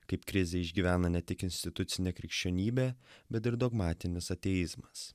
kaip krizę išgyvena ne tik institucinė krikščionybė bet ir dogmatinis ateizmas